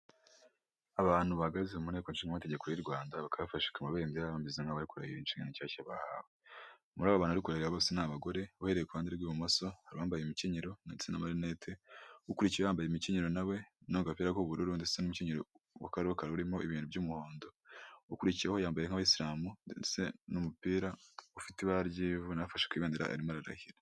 Abantu bahagaze mu nteko nshingamategeko y'u Rwanda, bakaba bafashe ku mabendera bameze nk'abari kurahirira inshingano nshyashya bahawe. Muri abo bantu bose bari kurahira bose ni abagore, uhereye ku ruhande rw'ibumoso hari uwambaye imikenyero ndetse n'amarinete, ukurikiyeho yambaye imikenyero na we n'agapira k'ubururu ndetse n'umukenyero wa karokaro urimo ibintu by'umuhondo. Ukurikiyeho yambaye nk'abayisilamu ndetse n'umupira ufite ibara ry'ivu na we afashe ku ibendera arimo ararahira.